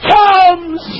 comes